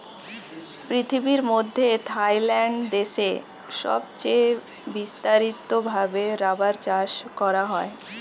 পৃথিবীর মধ্যে থাইল্যান্ড দেশে সবচে বিস্তারিত ভাবে রাবার চাষ করা হয়